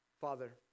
Father